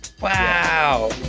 wow